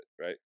right